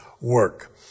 work